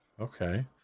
Okay